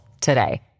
today